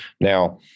Now